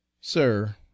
Sir